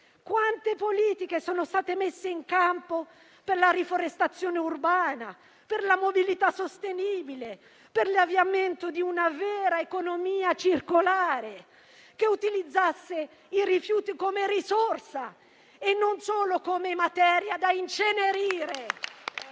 Quante politiche sono state messe in campo per la riforestazione urbana, per la mobilità sostenibile e per l'avviamento di una vera economia circolare che utilizzasse i rifiuti come risorsa e non solo come materia da incenerire?